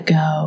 go